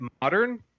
modern